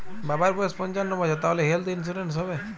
বাবার বয়স পঞ্চান্ন বছর তাহলে হেল্থ ইন্সুরেন্স হবে?